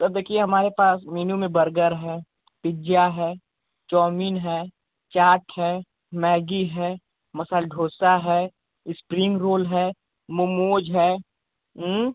sir देखिये हमारे पास मेनु में बर्गर है पिज्जा है चोमीन है चाट है मैगी है मसाल ढोसा है स्प्रिंग रोल है मोमोज है